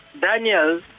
Daniel